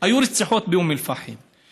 הכול נורמלי והחיים ממשיכים הלאה.